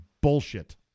bullshit